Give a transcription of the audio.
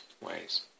ways